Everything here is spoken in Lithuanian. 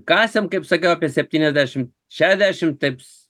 kasėm kaip sakiau apie septyniasdešimt šešiasdešimt taip